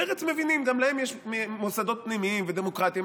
מרצ מבינים, גם להם יש מוסדות פנימיים ודמוקרטיים.